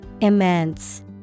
Immense